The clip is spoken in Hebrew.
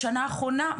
בשנה האחרונה,